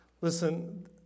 Listen